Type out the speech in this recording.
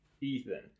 Ethan